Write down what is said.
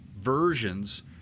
versions